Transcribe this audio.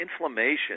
inflammation